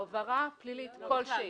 עבירה פלילית כלשהי.